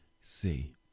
see